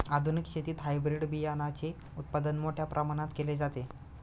आधुनिक शेतीत हायब्रिड बियाणाचे उत्पादन मोठ्या प्रमाणात केले जाते